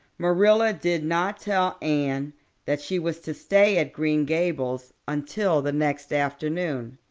marilla did not tell anne that she was to stay at green gables until the next afternoon.